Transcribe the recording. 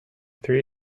three